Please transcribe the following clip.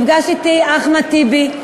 נפגש אתי אחמד טיבי,